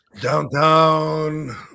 downtown